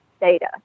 data